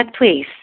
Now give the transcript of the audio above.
please